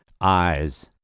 eyes